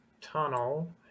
tunnel